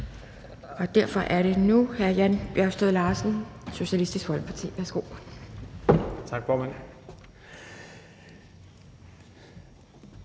Derfor er det nu hr. Jan Bjergskov Larsen, Socialistisk Folkeparti. Værsgo. Kl.